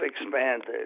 expanded